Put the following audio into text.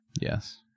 Yes